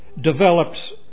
develops